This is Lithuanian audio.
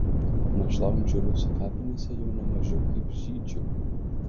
našlaujančių rusių kapinėse jau ne mažiau kaip žydžių